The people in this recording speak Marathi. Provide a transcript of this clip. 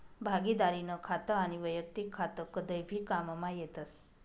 भागिदारीनं खातं आनी वैयक्तिक खातं कदय भी काममा येतस